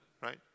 Right